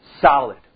solid